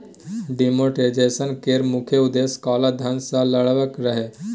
demonetisation केर मुख्य उद्देश्य काला धन सँ लड़ब रहय